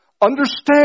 Understand